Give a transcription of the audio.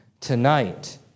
tonight